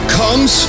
comes